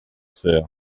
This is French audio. sœur